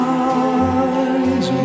eyes